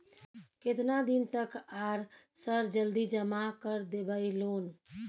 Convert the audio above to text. केतना दिन तक आर सर जल्दी जमा कर देबै लोन?